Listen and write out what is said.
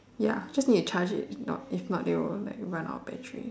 ya just need to charge it if not if not it will like run out of battery